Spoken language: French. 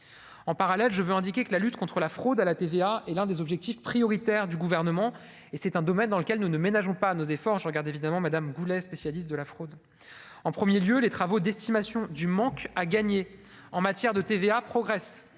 en parallèle je veux indiquer que la lutte contre la fraude à la TVA et l'un des objectifs prioritaires du gouvernement et c'est un domaine dans lequel nous ne ménageons pas nos efforts, je regarde évidemment Madame Goulet, spécialiste de la fraude en 1er lieu les travaux d'estimation du manque à gagner en matière de TVA progressent